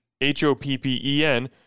H-O-P-P-E-N